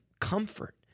comfort